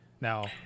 now